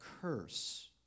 curse